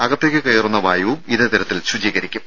അകത്തേക്ക് കയറുന്ന വായുവും ഇതേ തരത്തിൽ ശുചീകരിക്കും